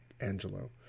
Angelo